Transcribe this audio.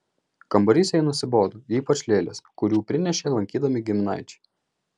kambarys jai nusibodo ypač lėlės kurių prinešė lankydami giminaičiai